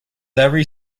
every